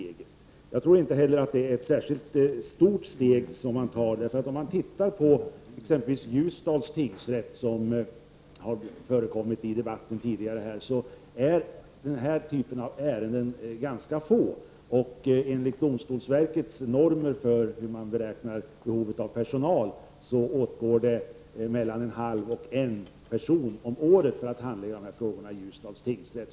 Jag tror heller inte att det är ett särskilt stort steg som tas. Ser man t.ex. på Ljusdals tingsrätt, som har förekommit i debatten tidigare, är denna typ av ärenden ganska få. Enligt domstolsverkets normer för hur behovet av personal beräknas åtgår det 0,5-1 person om året för att handlägga dessa frågor i Ljusdals tingsrätt.